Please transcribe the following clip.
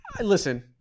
Listen